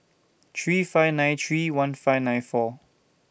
three five nine three one five nine four